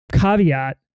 Caveat